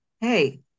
hey